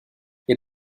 les